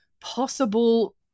possible